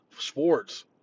sports